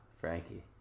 Frankie